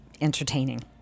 entertaining